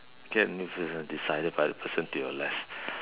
can if is decided by the person to your left